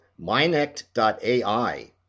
Minect.ai